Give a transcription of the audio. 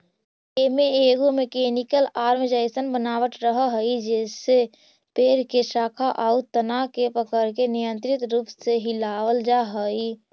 एमे एगो mechanical arm जइसन बनावट रहऽ हई जेसे पेड़ के शाखा आउ तना के पकड़के नियन्त्रित रूप से हिलावल जा हई